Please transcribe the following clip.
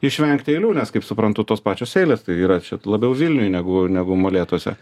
išvengti eilių nes kaip suprantu tos pačios eilės tai yra čia labiau vilniuj negu negu molėtuose